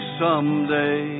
someday